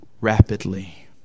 rapidly